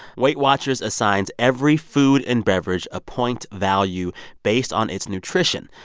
weight watchers assigns every food and beverage a point value based on its nutrition.